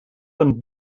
von